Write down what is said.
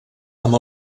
amb